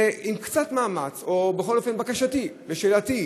ועם קצת מאמץ, ובכל אופן, בקשתי ושאלתי היא: